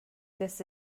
this